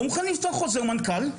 לא מוכנים לפתוח חוזר מנכ"ל,